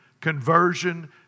conversion